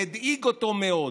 שהדאיג אותו מאוד.